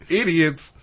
idiots